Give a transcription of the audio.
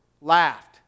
laughed